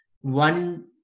one